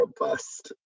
robust